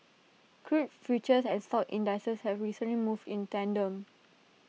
crude futures and stock indices have recently moved in tandem